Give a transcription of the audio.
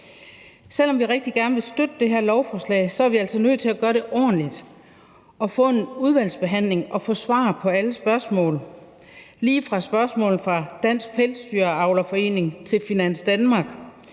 selv om vi rigtig gerne vil støtte det her lovforslag, er vi altså nødt til at gøre det ordentligt og få en udvalgsbehandling og få svar på alle spørgsmål, lige fra spørgsmål fra Dansk Pelsdyravlerforening til spørgsmål